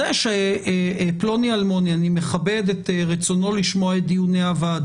אני מכבד את רצונו של פלוני אלמוני לשמוע את דיוני הוועדה.